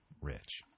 rich